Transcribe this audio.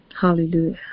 Hallelujah